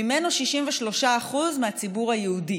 63% מהציבור היהודי